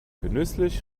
genüsslich